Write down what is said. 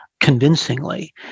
convincingly